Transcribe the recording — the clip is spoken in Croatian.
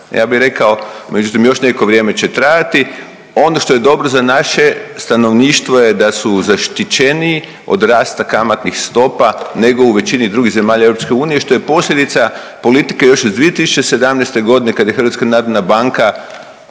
ja bi rekao, međutim još neko vrijeme će trajati. Ono što je dobro za naše stanovništvo je da su zaštićeniji od rasta kamatnih stopa nego u većini drugih zemalja EU, što je posljedica politike još iz 2017.g. kad je HNB tražila da banke